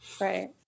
Right